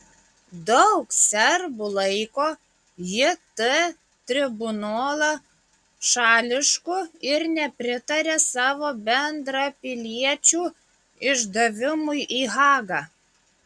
daug serbų laiko jt tribunolą šališku ir nepritaria savo bendrapiliečių išdavimui į hagą